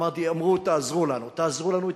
אמרו: תעזרו לנו, תעזרו לנו.